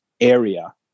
area